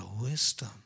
wisdom